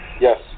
Yes